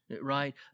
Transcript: right